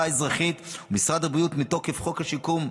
האזרחית ומשרד הבריאות מתוקף חוק השיקום,